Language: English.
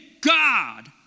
God